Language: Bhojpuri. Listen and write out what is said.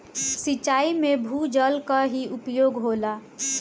सिंचाई में भूजल क ही उपयोग होला